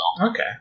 Okay